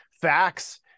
facts